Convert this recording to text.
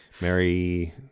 Mary